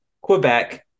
Quebec